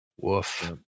Woof